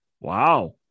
Wow